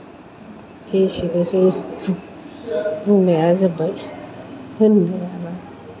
एसेनोसै बुंनाया जोब्बाय हाला